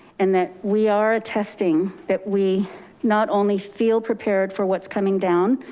and that we are attesting that we not only feel prepared for what's coming down,